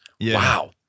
Wow